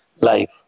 life